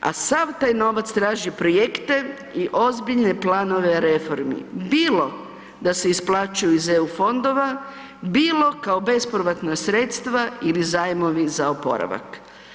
A sav taj nova traži projekte i ozbiljne planove reformi, bilo da se isplaćuju iz eu fondova, bilo kao bespovratna sredstva ili zajmovi za oporavak.